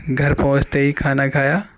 گھر پہنچتے ہی کھانا کھایا